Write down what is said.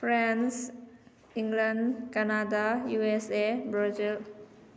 France England Canada USA Brazil